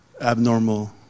abnormal